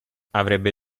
avrebbe